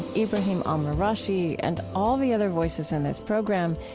ibrahim al-marashi, and all the other voices in this program,